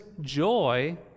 joy